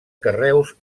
carreus